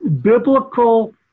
biblical